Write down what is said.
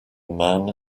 man